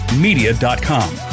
media.com